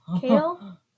Kale